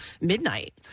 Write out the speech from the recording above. midnight